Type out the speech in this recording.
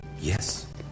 Yes